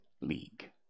League